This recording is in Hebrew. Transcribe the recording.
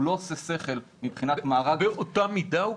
לא עושה שהכל מבחינת מארג --- הוא מקבע באותה מידה?